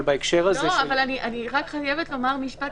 אבל בהקשר הזה --- אני רק חייבת לומר משפט,